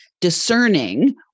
discerning